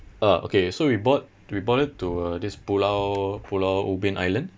ah okay so we board we boarded to uh this pulau pulau ubin island